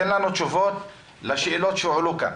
תן לנו תשובות לשאלות שהועלו כאן.